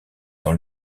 dans